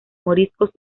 moriscos